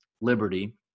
Liberty